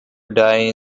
die